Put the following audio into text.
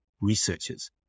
researchers